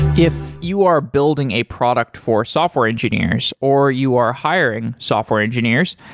if you are building a product for software engineers, or you are hiring software engineers,